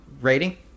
rating